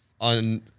On